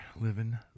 Living